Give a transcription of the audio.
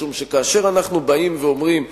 כאשר אנחנו באים ואומרים,